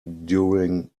during